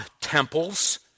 temples